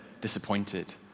disappointed